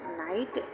night